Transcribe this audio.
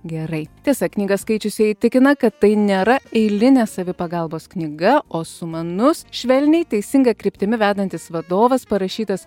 gerai tiesa knygą skaičiusieji tikina kad tai nėra eilinė savipagalbos knyga o sumanus švelniai teisinga kryptimi vedantis vadovas parašytas